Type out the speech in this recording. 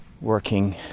working